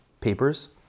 papers